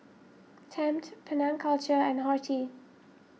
Tempt Penang Culture and Horti